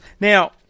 Now